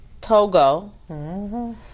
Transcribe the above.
Togo